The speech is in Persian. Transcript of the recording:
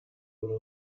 آرامش